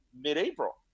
mid-April